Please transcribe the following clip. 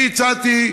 אני הצעתי,